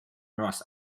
rust